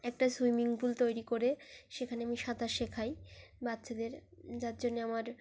একটা swimming pool তৈরি করে সেখানে আমি সাঁতার শেখাই বাচ্চাদের যার জন্যে আমার